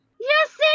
Yes